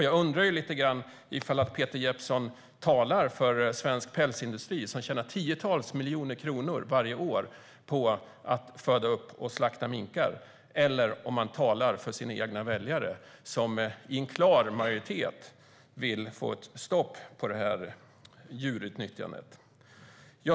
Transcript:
Jag undrar om Peter Jeppsson talar för svensk pälsindustri, som tjänar tiotals miljoner kronor varje år på att föda upp och slakta minkar eller om han talar för sina egna väljare, där en klar majoritet vill få stopp på djurutnyttjandet.